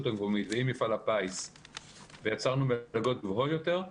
המקומית ועם מפעל הפיס ויצרנו מלגות גבוהות יותר,